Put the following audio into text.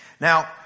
Now